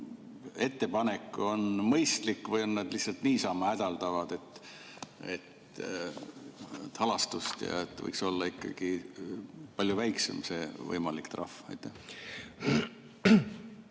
ettepanek on mõistlik või nad lihtsalt niisama hädaldavad, et halastust, ja võiks olla ikkagi palju väiksem see võimalik trahv?